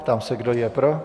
Ptám se, kdo je pro.